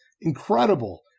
Incredible